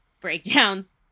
breakdowns